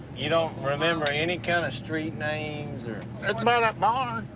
you don't remember any kind of street names, or. it's by that barn.